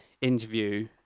interview